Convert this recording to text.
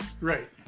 Right